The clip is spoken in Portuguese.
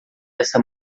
esta